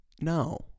No